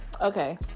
Okay